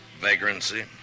Vagrancy